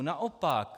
Naopak!